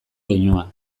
keinua